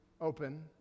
open